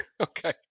Okay